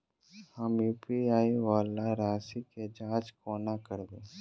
हम यु.पी.आई वला राशि केँ जाँच कोना करबै?